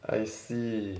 I see